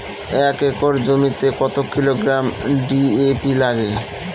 এক একর জমিতে কত কিলোগ্রাম ডি.এ.পি লাগে?